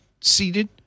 seated